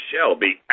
Shelby